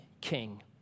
king